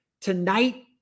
Tonight